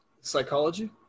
Psychology